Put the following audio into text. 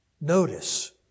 Notice